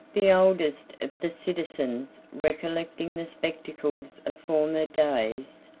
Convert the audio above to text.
the oldest of the citizens, recollecting the spectacles of former days,